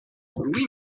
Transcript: louis